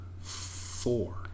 Four